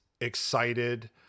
excited